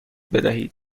بدهید